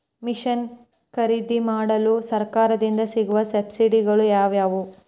Mission ಖರೇದಿಮಾಡಲು ಸರಕಾರದಿಂದ ಸಿಗುವ ಸಬ್ಸಿಡಿಗಳು ಯಾವುವು?